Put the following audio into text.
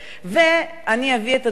ואני אביא את הדוגמה,